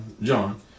John